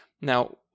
Now